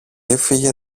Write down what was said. έφυγε